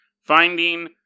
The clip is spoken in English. Finding